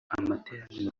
amateraniro